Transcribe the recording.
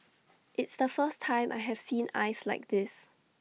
it's the first time I have seen ice like this